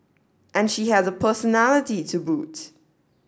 and she has a personality to boot